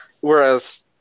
whereas